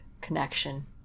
connection